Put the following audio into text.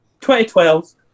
2012